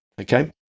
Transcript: Okay